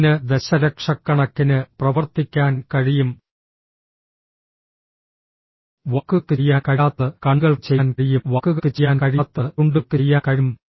അതിന് ദശലക്ഷക്കണക്കിന് പ്രവർത്തിക്കാൻ കഴിയും വാക്കുകൾക്ക് ചെയ്യാൻ കഴിയാത്തത് കണ്ണുകൾക്ക് ചെയ്യാൻ കഴിയും വാക്കുകൾക്ക് ചെയ്യാൻ കഴിയാത്തത് ചുണ്ടുകൾക്ക് ചെയ്യാൻ കഴിയും